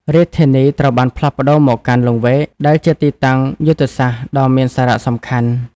រាជធានីត្រូវបានផ្លាស់ប្តូរមកកាន់ លង្វែក ដែលជាទីតាំងយុទ្ធសាស្ត្រដ៏មានសារៈសំខាន់។